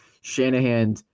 Shanahan